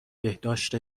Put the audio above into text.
بهداشت